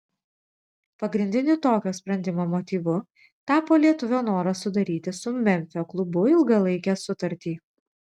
pagrindiniu tokio sprendimo motyvu tapo lietuvio noras sudaryti su memfio klubu ilgalaikę sutartį